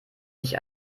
sich